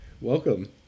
Welcome